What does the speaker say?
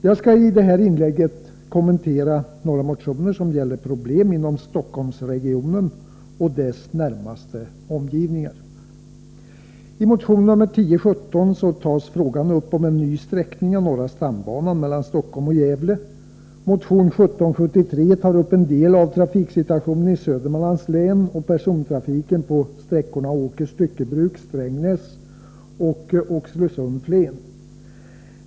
Jag skalli detta inlägg kommentera några motioner som gäller problem inom Stockholmsregionen och dess närmaste omgivningar. I motion 1017 tas frågan upp om en ny sträckning av norra stambanan mellan Stockholm och Gävle. Motion 1773 tar upp en del av trafiksituationen i Södermanlands län och persontrafiken på sträckorna Åkers styckebruk Strängnäs och Oxelösund-Flen.